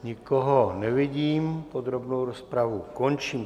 Nikoho nevidím, podrobnou rozpravu končím.